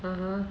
(uh huh)